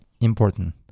important